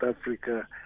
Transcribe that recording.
Africa